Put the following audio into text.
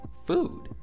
food